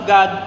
God